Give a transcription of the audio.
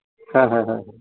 ᱦᱮᱸ ᱦᱮᱸ ᱦᱮᱸ